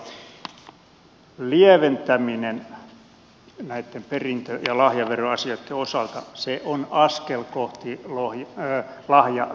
lieventäminen näitten perintö ja lahjaveroasioitten osalta on askel kohti lohj